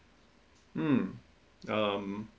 mm um